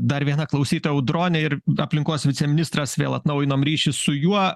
dar viena klausyta audronė ir aplinkos viceministras vėl atnaujinom ryšį su juo